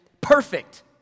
perfect